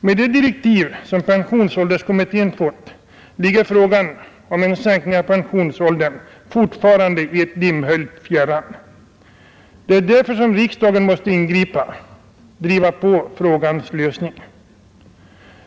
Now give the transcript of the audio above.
Med de direktiv som pensionsålderskommittén fått ligger frågan om en sänkning av pensionsåldern fortfarande i ett dimhöljt fjärran. Det är därför som riksdagen måste ingripa och driva på frågans lösning.